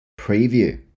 Preview